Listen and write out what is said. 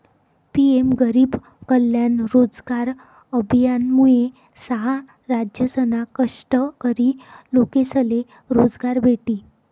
PM गरीब कल्याण रोजगार अभियानमुये सहा राज्यसना कष्टकरी लोकेसले रोजगार भेटी